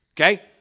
Okay